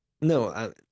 No